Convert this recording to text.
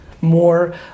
more